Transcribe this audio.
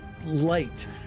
Light